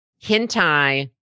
hentai